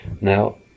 Now